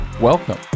welcome